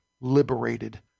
liberated